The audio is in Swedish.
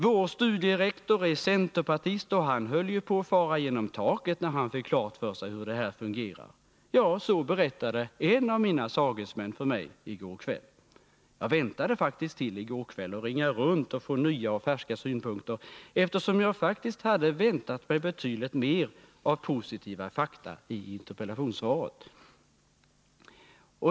”Vår studierektor är centerpartist, och han höll ju på att fara genom taket när han fick klart för sig hur det här fungerar” — ja, så berättade en av mina sagesmän för mig i går kväll. Jag dröjde faktiskt till i går kväll med att ringa runt och få nya och färska synpunkter, eftersom jag verkligen hade väntat mig betydligt mer av positiva fakta i interpellationssvaret.